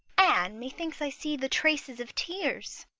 anne, methinks i see the traces of tears.